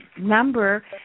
number